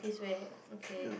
this way okay